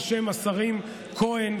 בשם השרים כהן,